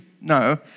No